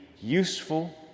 useful